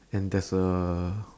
and there's a